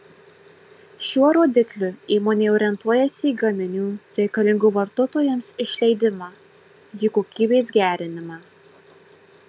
šiuo rodikliu įmonė orientuojasi į gaminių reikalingų vartotojams išleidimą jų kokybės gerinimą